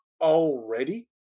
already